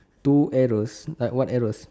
two arrows like what arrows